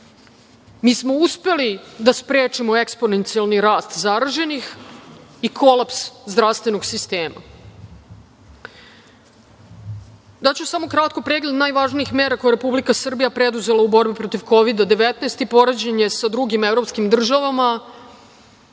smo uspeli da sprečimo eksponencijalni rast zaraženih i kolaps zdravstvenog sistema. Daću samo kratko pregled najvažnijih mera koje je Republika Srbija preduzela u borbi protiv COVID-19 i poređenje sa drugim evropskim državama.